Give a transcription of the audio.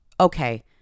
okay